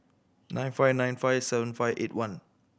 nine five nine five seven five eight one